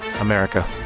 America